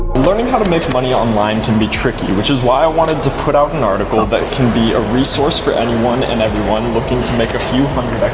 learning how to make money online can be tricky, which is why i wanted to put out an article that ah but can be a resource for anyone and everyone looking to make a few